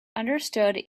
understood